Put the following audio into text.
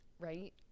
right